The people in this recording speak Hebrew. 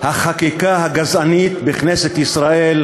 החקיקה הגזענית בכנסת ישראל,